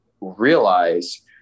realize